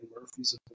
Murphys